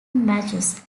matches